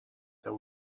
that